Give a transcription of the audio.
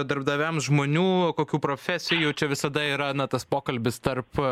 darbdaviams žmonių kokių profesijų čia visada yra na tas pokalbis tarp